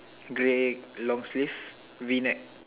grey long sleeve V-neck